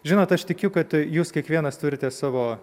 žinot aš tikiu kad jūs kiekvienas turite savo